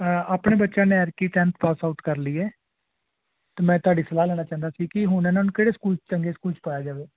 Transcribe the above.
ਆਪਣੇ ਬੱਚਿਆਂ ਨੇ ਐਤਕੀ ਟੈਂਨਥ ਪਾਸ ਆਊਟ ਕਰ ਲਈ ਹੈ ਅਤੇ ਮੈਂ ਤੁਹਾਡੀ ਸਲਾਹ ਲੈਣਾ ਚਾਹੁੰਦਾ ਸੀ ਕਿ ਹੁਣ ਇਹਨਾਂ ਨੂੰ ਕਿਹੜੇ ਸਕੂਲ ਚੰਗੇ ਸਕੂਲ 'ਚ ਪਾਇਆ ਜਾਵੇ